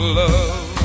love